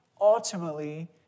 ultimately